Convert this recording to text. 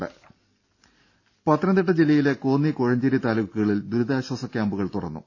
ദേദ പത്തനംതിട്ട ജില്ലയിലെ കോന്നി കോഴഞ്ചേരി താലൂക്കുകളിൽ ദുരിതാശ്വാസ ക്യാമ്പുകൾ തുറന്നു